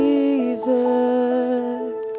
Jesus